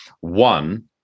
One